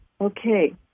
Okay